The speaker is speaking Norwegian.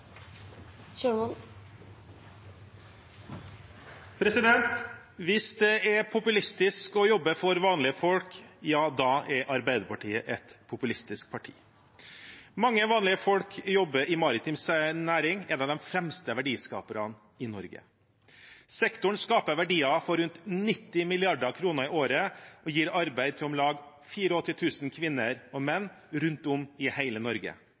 populistisk å jobbe for vanlige folk, ja, da er Arbeiderpartiet et populistisk parti. Mange vanlige folk jobber i maritim næring, en av de fremste verdiskaperne i Norge. Sektoren skaper verdier for rundt 90 mrd. kr i året og gir arbeid til om lag 84 000 kvinner og menn rundt om i hele Norge.